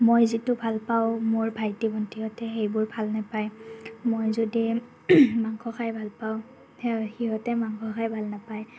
মই যিটো ভাল পাওঁ মোৰ ভাইটি ভণ্টিহঁতে সেইবোৰ ভাল নেপায় মই যদি মাংস খাই ভাল পাওঁ সিহঁতে মাংস খাই ভাল নাপায়